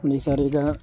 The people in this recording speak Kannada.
ನಿಸರಿಗ